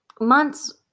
Months